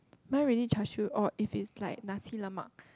mine really char siew or if it's like Nasi-Lemak